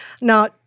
Now